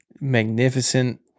magnificent